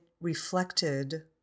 reflected